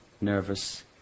nervous